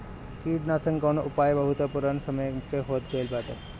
कीटनाशकन कअ उपयोग बहुत पुरान समय से होत आइल बाटे